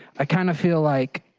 i kind of feel like,